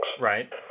Right